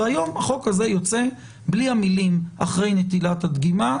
והיום החוק הזה יוצא בלי המילים: "אחרי נטילת הדגימה",